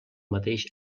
mateix